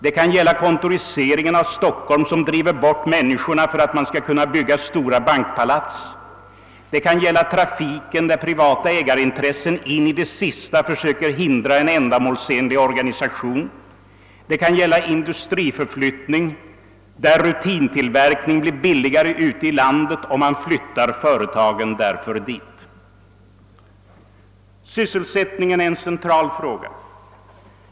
Det kan gälla kontoriseringen av Stockholm, vilken driver bort människorna för att det skall kunna byggas stora bankpalats. Det kan gälla trafiken, där privata ägarintressen in i det sista försöker hindra en ändamålsenlig organisation. Det kan gälla industriförflyttning, då rutintillverkning blir billigare ute i landet och man därför flyttar företag dit. Sysselsättningen är en central fråga.